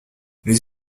les